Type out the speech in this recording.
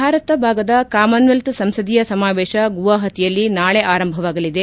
ಭಾರತ ಭಾಗದ ಕಾಮನ್ವೆಲ್ತ್ ಸಂಸದೀಯ ಸಮಾವೇಶ ಗುವಾಹತಿಯಲ್ಲಿ ನಾಳೆ ಆರಂಭವಾಗಲಿದೆ